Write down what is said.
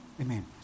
Amen